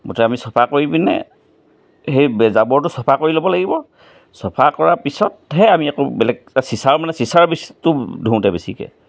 মুঠতে আমি চাফা কৰি পিনে সেই জাবৰটো চাফা কৰি ল'ব লাগিব চাফা কৰাৰ পিছতহে আমি আকৌ বেলেগ চিচাৰ মানে চিচাৰ বস্তু ধুওঁতে বেছিকৈ